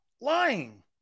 lying